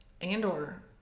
Andor